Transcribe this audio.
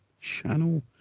channel